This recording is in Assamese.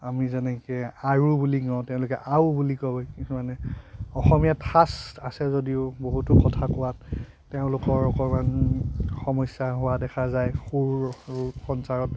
আমি যেনেকৈ আৰু বুলি কওঁ তেওঁলোকে আউ বুলি কয় কিছুমানে অসমীয়া ঠাঁচ আছে যদিও বহুতো কথা কোৱাত তেওঁলোকৰ অকণমান সমস্যা হোৱা দেখা যায় সুৰ সঞ্চাৰত